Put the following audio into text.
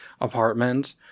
apartment